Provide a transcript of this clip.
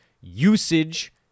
usage